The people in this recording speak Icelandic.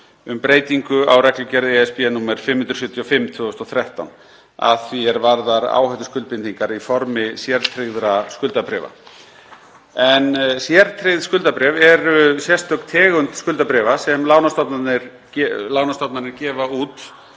um breytingu á reglugerð ESB nr. 575/2013, að því er varðar áhættuskuldbindingar í formi sértryggðra skuldabréfa. Sértryggð skuldabréf eru sérstök tegund skuldabréfa sem lánastofnanir gefa út